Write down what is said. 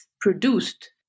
produced